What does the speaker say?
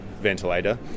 ventilator